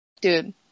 Dude